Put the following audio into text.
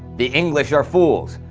the english are fools.